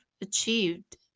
achieved